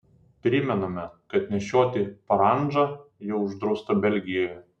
primename kad nešioti parandžą jau uždrausta belgijoje